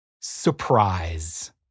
Surprise